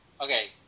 Okay